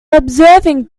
observing